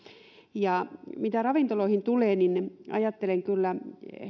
mitä ravintoloihin tulee niin niin ajattelen kyllä